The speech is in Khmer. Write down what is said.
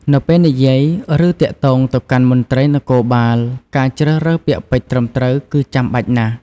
នៅពេលនិយាយ ឬទាក់ទងទៅកាន់មន្ត្រីនគរបាល ការជ្រើសរើសពាក្យពេចន៍ត្រឹមត្រូវគឺចាំបាច់ណាស់។